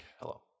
hello